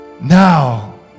now